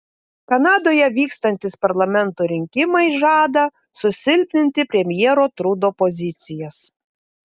kanadoje vykstantys parlamento rinkimai žada susilpninti premjero trudo pozicijas